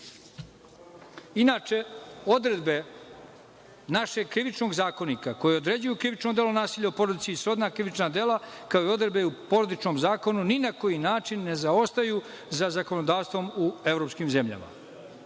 odredbe našeg Krivičnog zakonika koje određuju krivično delo nasilja u porodici i srodna krivična dela, kao i odredbe u porodičnom zakonu ni na koji način ne zaostaju za zakonodavstvom u evropskim zemljama. Ono